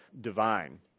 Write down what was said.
divine